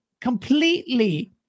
completely